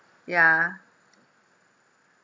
yeah